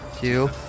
Two